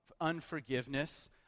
unforgiveness